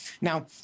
now